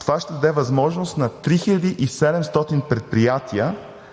това ще даде възможност на 3700 предприятия